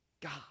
God